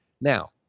Now